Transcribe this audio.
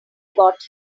got